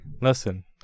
Listen